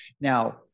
Now